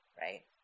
right